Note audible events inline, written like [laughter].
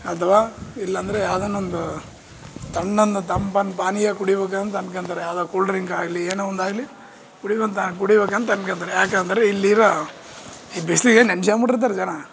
ಅಥವಾ ಇಲ್ಲಂದ್ರೆ ಯಾವ್ದಾನಂದು ತಣ್ಣನೆ ತಂಪನೆ ಪಾನೀಯ ಕುಡಿಬೇಕಂತ ಅಂದ್ಕಂತಾರೆ ಯಾವ್ದಾದರು ಕೂಲ್ ಡ್ರಿಂಕ್ ಆಗಲಿ ಏನೋ ಒಂದು ಆಗಲಿ ಕುಡಿಯುವಂಥ ಕುಡಿಬೇಕಾಂತಾನ್ಕಾಂತರೆ ಯಾಕೆ ಅಂದರೆ ಇಲ್ಲಿರೋ ಈ ಬಿಸಿಲಿಗೆ [unintelligible] ಜನ